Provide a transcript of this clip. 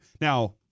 Now